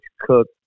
cook